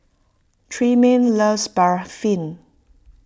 Tremaine loves Barfi